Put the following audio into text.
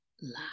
life